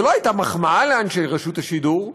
זו לא הייתה מחמאה לאנשי רשות השידור.